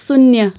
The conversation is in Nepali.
शून्य